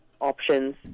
options